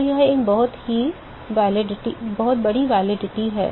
तो यह एक बहुत बड़ी वैधता है